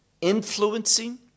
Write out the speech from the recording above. influencing